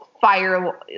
fire